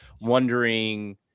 wondering